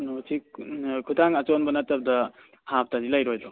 ꯑꯣ ꯁꯤ ꯑꯥ ꯈꯨꯗꯥꯡ ꯑꯆꯣꯟꯕ ꯅꯠꯇꯕꯗ ꯍꯥꯞꯇꯗꯤ ꯂꯩꯔꯣꯏꯗ꯭ꯔꯣ